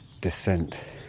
descent